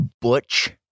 butch